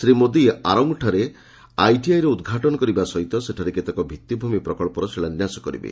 ଶ୍ରୀ ମୋଦି ଆରୋଙ୍ଗ୍ଠାରେ ଆଇଟିଆଇର ଉଦ୍ଘାଟନ କରିବା ସହିତ ସେଠାରେ କେତେକ ଭିଭିଭୂମି ପ୍ରକଳ୍ପର ଶିଳାନ୍ୟାସ କରିବେ